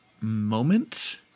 moment